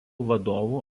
vadovų